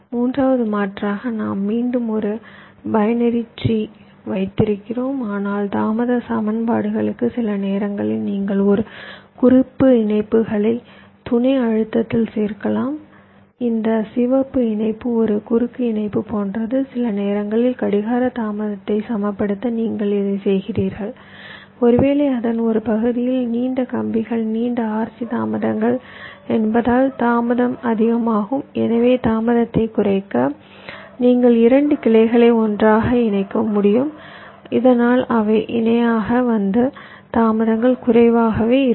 மூன்றாவது மாற்றாக நாம் மீண்டும் ஒரு பைனரி மரம் வைத்திருக்கிறோம் ஆனால் தாமத சமன்பாடுகளுக்கு சில நேரங்களில் நீங்கள் சில குறுக்கு இணைப்புகளை துணை அழுத்தத்தில் சேர்க்கலாம் இந்த சிவப்பு இணைப்பு ஒரு குறுக்கு இணைப்பு போன்றது சில நேரங்களில் கடிகார தாமதத்தை சமப்படுத்த நீங்கள் இதைச் செய்கிறீர்கள் ஒருவேளை அதன் ஒரு பகுதியில் நீண்ட கம்பிகள் நீண்ட RC தாமதங்கள் என்பதால் தாமதம் அதிகம் எனவே தாமதத்தைக் குறைக்க நீங்கள் 2 கிளைகளை ஒன்றாக இணைக்க முடியும் இதனால் அவை இணையாக வந்து தாமதங்கள் குறைவாகவே இருக்கும்